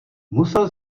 musel